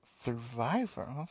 survivor